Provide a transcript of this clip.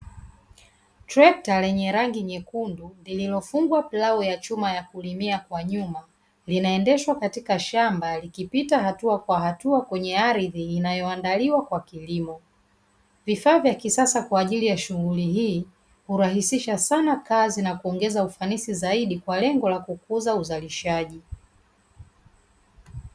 Trekta lenye rangi nyekundu, lililofungwa plau ya chuma ya kulimia kwa nyuma, linaendeshwa katika shamba, likipita hatua kwa hatua kwenye ardhi inayoandaliwa kwa kilimo. Vifaa vya kisasa kwa ajili ya shughuli hii hurahisisha sana kazi na kuongeza ufanisi zaidi kwa lengo la kukuza uzalishaji.